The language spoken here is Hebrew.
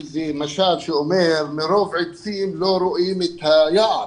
משל שאומר שמרוב עצים לא רואים את היער.